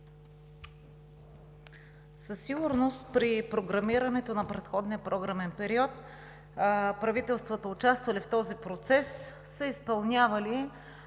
Със сигурност при програмирането на предходния програмен период правителствата, участвали в този процес, са изпълнявали,